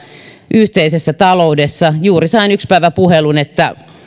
yhteisessä taloudessa juuri sain yksi päivä puhelun että